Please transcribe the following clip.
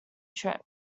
trip